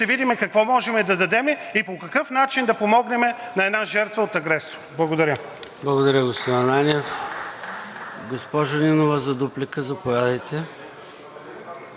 Госпожо Нинова – за дуплика, заповядайте.